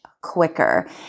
quicker